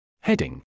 Heading